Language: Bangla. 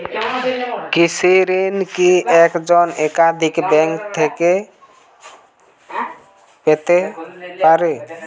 কৃষিঋণ কি একজন একাধিক ব্যাঙ্ক থেকে পেতে পারে?